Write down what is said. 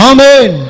Amen